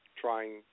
trying